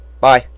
Bye